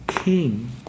King